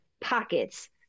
pockets